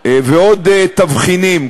ועוד תבחינים,